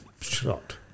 shot